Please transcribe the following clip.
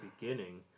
beginning